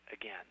again